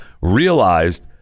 realized